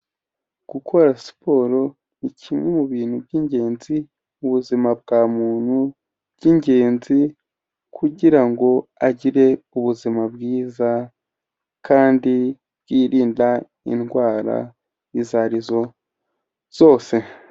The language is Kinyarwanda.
Gukora siporo ni kimwe mu bintu by'ingenzi mu buzima bwa muntu bw'ingenzi kugira ngo agire ubuzima bwiza kandi yirinda indwara izo arizo zose.